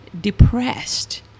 depressed